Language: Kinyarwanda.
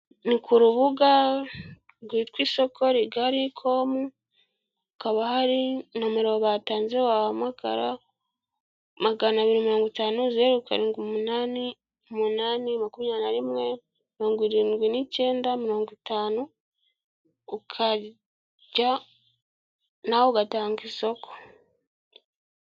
Ni ku rubuga rwitwa isoko rigari komu, hakaba hari nomero batanze wahamagara magana biri mirongo itanu, zeru karindwi umunani umunani makumyabiri na rimwe mirongo irindwi n'icyenda mirongo itanu, ukajya nawe ugatanga isoko.